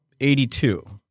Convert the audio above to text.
82